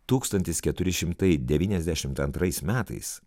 tūkstantis keturi šimtai devyniasdešimt antrais metais